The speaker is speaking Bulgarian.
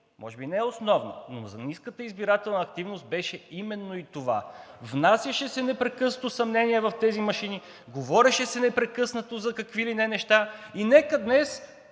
може би не основна, за ниската избирателна активност беше именно това. Внасяше се непрекъснато съмнение в тези машини. Говореше се непрекъснато за какви ли не неща и нека днес